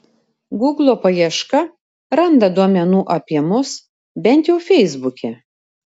guglo paieška randa duomenų apie mus bent jau feisbuke